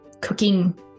cooking